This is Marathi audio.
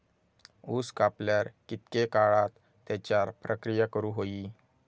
ऊस कापल्यार कितके काळात त्याच्यार प्रक्रिया करू होई?